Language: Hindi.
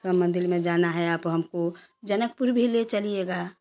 हाँ सब मंदिर में जाना है आप हमको जनकपुर भी ले चलिएगा